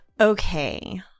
Okay